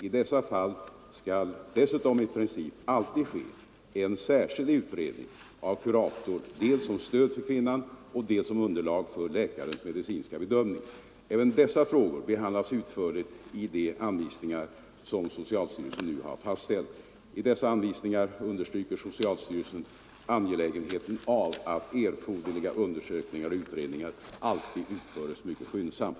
I dessa fall skall dessutom i princip alltid ske en särskild utredning av kurator dels som stöd för kvinnan, dels som underlag för läkarens medicinska bedömning. Även dessa frågor behandlas utförligt i de anvisningar som socialstyrelsen nu har fastställt. I dessa anvisningar understryker socialstyrelsen angelägenheten av att erforderliga undersökningar och utredningar alltid utförs mycket skyndsamt.